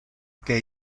que